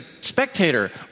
spectator